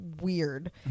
weird